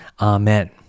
Amen